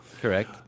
Correct